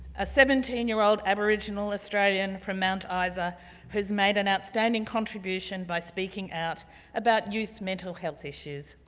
a seventeen year old aboriginal australian from mount isa who's made an outstanding contribution by speaking out about youth mental health issues.